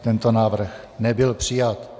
Tento návrh nebyl přijat.